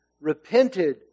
repented